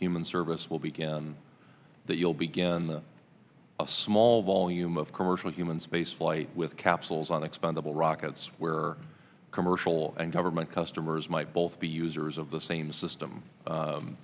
human service will begin that you'll begin the a small volume of commercial human spaceflight with capsules on expendable rockets where commercial and government customers might both be users of the same